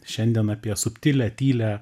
šiandien apie subtilią tylią